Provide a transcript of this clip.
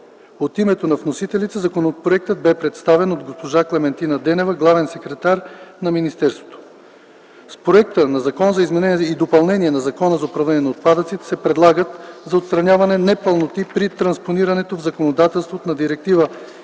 От името на вносителите законопроектът бе представен от госпожа Клементина Денева – главен секретар на Министерството на околната среда и водите. Със Законопроекта за изменение и допълнение на Закона за управление на отпадъците се предлагат за отстраняване непълноти при транспонирането в законодателството на Директива